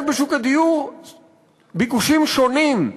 יש בשוק הדיור ביקושים שונים.